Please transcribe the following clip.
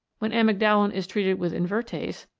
when amygdalin is treated with invertase,